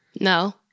No